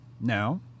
Now